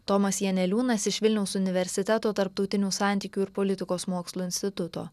tomas janeliūnas iš vilniaus universiteto tarptautinių santykių ir politikos mokslų instituto